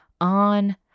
on